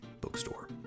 bookstore